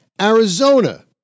Arizona